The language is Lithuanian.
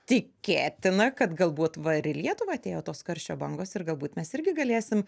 tikėtina kad galbūt va ir į lietuvą atėjo tos karščio bangos ir galbūt mes irgi galėsim